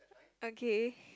okay